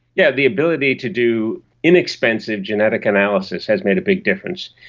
yeah the ability to do inexpensive genetic analysis has made a big difference.